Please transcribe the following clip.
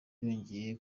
yongeye